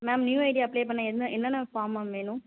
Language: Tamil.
மேம் நியூ ஐடி அப்ளை பண்ண என்ன என்னென்ன ஃபார்ம் மேம் வேணும்